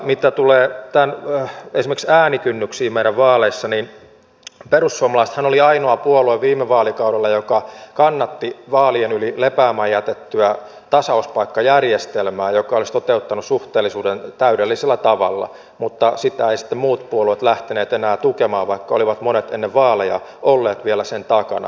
mitä tulee esimerkiksi äänikynnyksiin meidän vaaleissa niin perussuomalaisethan oli ainoa puolue viime vaalikaudella joka kannatti vaalien yli lepäämään jätettyä tasauspaikkajärjestelmää joka olisi toteuttanut suhteellisuuden täydellisellä tavalla mutta sitä ei sitten muut puolueet lähteneet enää tukemaan vaikka vielä ennen vaaleja monet olivat olleet sen takana